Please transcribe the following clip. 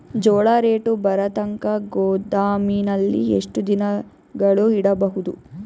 ಜೋಳ ರೇಟು ಬರತಂಕ ಗೋದಾಮಿನಲ್ಲಿ ಎಷ್ಟು ದಿನಗಳು ಯಿಡಬಹುದು?